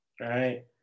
right